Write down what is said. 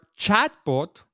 chatbot